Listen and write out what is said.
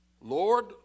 Lord